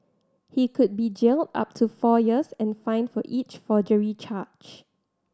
he could be jailed up to four years and fined for each forgery charge